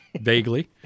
vaguely